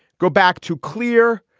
go back to clear,